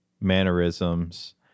mannerisms